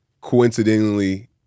coincidentally